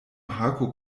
hako